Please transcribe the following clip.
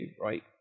right